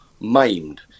maimed